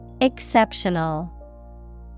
Exceptional